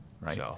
Right